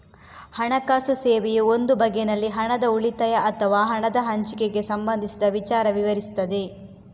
ಹಣಕಾಸು ಸೇವೆಯು ಒಂದು ಬಗೆನಲ್ಲಿ ಹಣದ ಉಳಿತಾಯ ಅಥವಾ ಹಣದ ಹಂಚಿಕೆಗೆ ಸಂಬಂಧಿಸಿದ ವಿಚಾರ ವಿವರಿಸ್ತದೆ